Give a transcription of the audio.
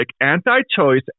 anti-choice